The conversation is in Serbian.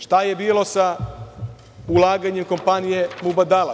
Šta je bilo sa ulaganjem kompanije „Mubadala“